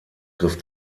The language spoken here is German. griff